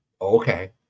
Okay